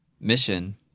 mission